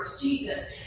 Jesus